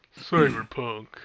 Cyberpunk